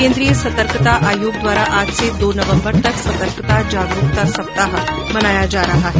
केन्द्रीय सतर्कता आयोग द्वारा आज से दो नवम्बर तक सतर्कता जागरूकता सप्ताह मनाया जा रहा है